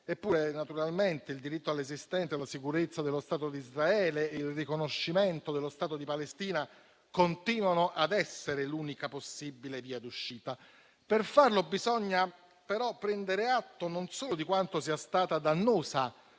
Eppure il diritto all'esistenza e alla sicurezza dello Stato di Israele e il riconoscimento dello Stato di Palestina continuano ad essere l'unica possibile via d'uscita. Per farlo bisogna però prendere atto non solo di quanto sia stata dannosa